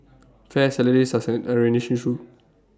fair salaries are an issue